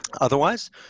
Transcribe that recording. Otherwise